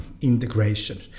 integration